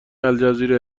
الجزیره